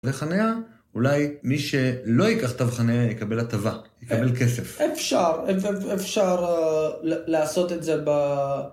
וחניה, אולי מי שלא יקח תו חניה יקבל הטבה, יקבל כסף. אפשר, אפשר לעשות את זה ב...